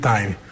Time